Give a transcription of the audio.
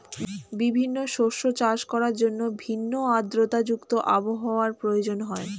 বিভিন্ন শস্য চাষ করার জন্য ভিন্ন আর্দ্রতা যুক্ত আবহাওয়ার প্রয়োজন হয়